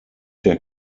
der